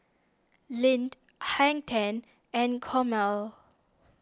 Lindt Hang ten and Chomel